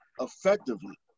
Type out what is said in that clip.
effectively